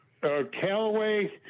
Callaway